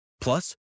Plus